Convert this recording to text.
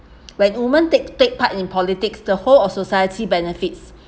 when women take take part in politics the whole of society benefits